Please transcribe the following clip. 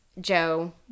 Joe